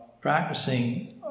practicing